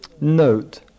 note